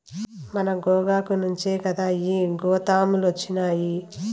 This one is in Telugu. మన గోగాకు నుంచే కదా ఈ గోతాములొచ్చినాయి